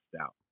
out